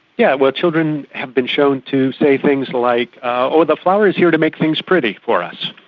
yeah well, children have been shown to say things like, oh the flower is here to make things pretty for us.